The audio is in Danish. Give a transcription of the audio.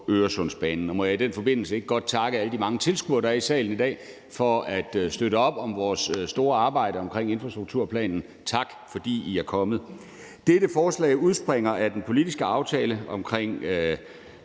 Øresundsbanen. Må jeg i den forbindelse ikke godt takke alle de mange tilskuere, der er i salen i dag for at støtte op om vores store arbejde omkring infrastrukturplanen – tak, fordi I er kommet. Dette forslag udspringer af den politiske »Aftale om